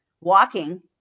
Walking